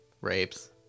rapes